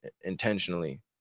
intentionally